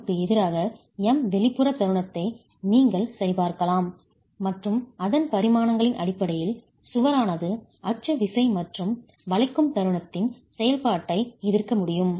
Mm க்கு எதிராக M வெளிப்புற தருணத்தை நீங்கள் சரிபார்க்கலாம் மற்றும் அதன் பரிமாணங்களின் அடிப்படையில் சுவரானது அச்சு விசை மற்றும் வளைக்கும் தருணத்தின் செயல்பாட்டை எதிர்க்க முடியும்